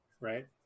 right